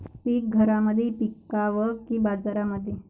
पीक घरामंदी विकावं की बाजारामंदी?